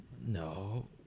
No